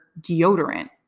deodorant